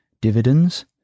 dividends